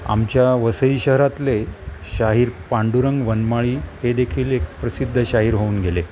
आमच्या वसई शहरातले शाहीर पांडुरंग वनमाळी हे देखील एक प्रसिद्ध शाहीर होऊन गेले